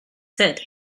said